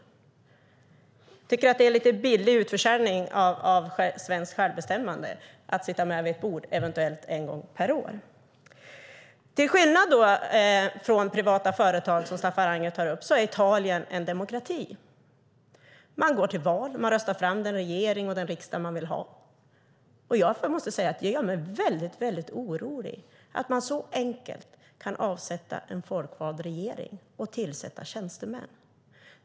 Jag tycker att det är en billig utförsäljning av svenskt självbestämmande att sitta med vid ett bord, eventuellt en gång per år. Till skillnad mot privata företag, som Staffan Ander tar upp, är Italien en demokrati. Man går till val, och man röstar fram den regering och den riksdag man vill ha. Det gör mig väldigt orolig att man så enkelt kan avsätta en folkvald regering och tillsätta tjänstemän.